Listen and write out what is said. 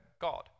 God